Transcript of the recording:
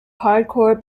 hardcore